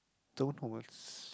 don't know what's